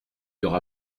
aura